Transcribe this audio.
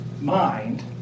mind